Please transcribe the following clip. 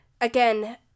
again